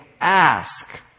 Ask